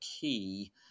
key